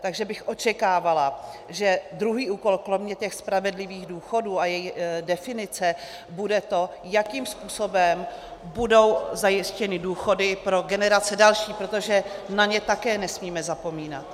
Takže bych očekávala, že druhý úkol kromě těch spravedlivých důchodů a jejich definice bude to, jakým způsobem budou zajištěny důchody pro generace další, protože na ně také nesmíme zapomínat.